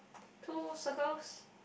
two circles